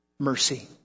mercy